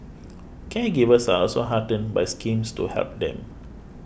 caregivers are also heartened by schemes to help them